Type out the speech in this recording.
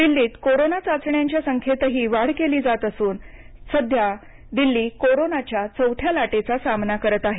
दिल्लीत कोरोना चाचण्यांच्या संख्येत ही वाढ केली असून दिल्ली सध्या कोरोनाच्या चौथ्या लाटेचा सामना करत आहे